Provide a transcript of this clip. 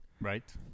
Right